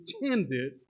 intended